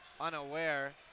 unaware